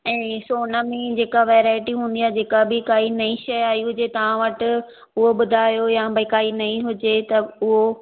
ऐं सोनू में जेका वेरायटी हूंदी आहे जेका बि काई नई शइ आई हुजे तव्हां वटि उहो ॿुधायो या भई काई नई हुजे त उहो